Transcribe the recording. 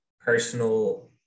personal